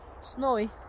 Snowy